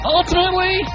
ultimately